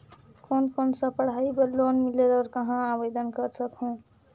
कोन कोन सा पढ़ाई बर लोन मिलेल और कहाँ आवेदन कर सकहुं?